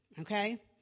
okay